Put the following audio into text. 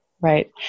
Right